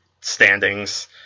standings